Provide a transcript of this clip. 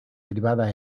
privadas